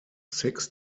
six